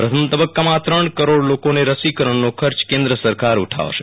પ્રથમ તબકકામાં આ ત્રણ કરોડ લોકોને રસીકરણનો બર્ચ કેન્દ્ર સરકાર ઉઠાવશે